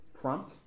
Prompt